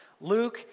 Luke